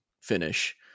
finish